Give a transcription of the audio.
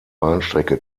bahnstrecke